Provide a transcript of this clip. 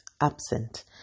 absent